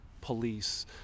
police